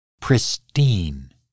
pristine